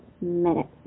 minutes